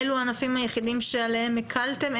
אלה הענפים היחידים שעליהם הקלתם?